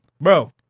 bro